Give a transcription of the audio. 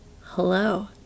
Hello